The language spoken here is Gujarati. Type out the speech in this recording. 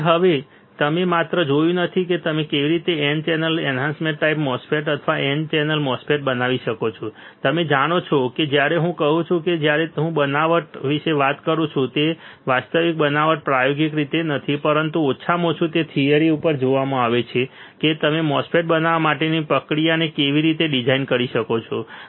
તેથી હવે તમે માત્ર જોયું નથી કે તમે કેવી રીતે n channel enhancement type MOSFET અથવા n ચેનલ MOSFET બનાવી શકો છો તમે પણ જાણો છો જ્યારે હું કહું છું કે જ્યારે હું બનાવટ વિશે વાત કરું છું તે વાસ્તવિક બનાવટ પ્રાયોગિક રીતે નથી પરંતુ ઓછામાં ઓછું તે થિયરી ઉપર જોવામાં આવે છે કે તમે MOSFET બનાવવા માટેની પ્રક્રિયાને કેવી રીતે ડિઝાઇન કરી શકો છો